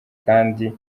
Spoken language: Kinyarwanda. kandi